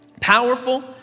Powerful